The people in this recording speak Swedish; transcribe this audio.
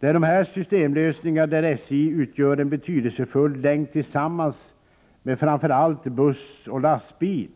Det är dessa systemlösningar, där SJ utgör en betydelsefull länk tillsammans med framför allt buss och lastbil,